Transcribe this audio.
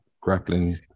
grappling